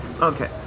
Okay